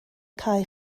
cae